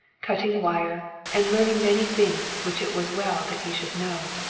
cutting wire and learning many things which it was well that he should know.